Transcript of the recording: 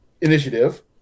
initiative